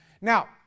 Now